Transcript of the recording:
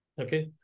Okay